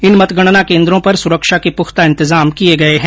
इन मतगणना कन्द्रों पर सुरक्षा के पुख्ता इंतजाम किये गये है